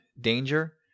danger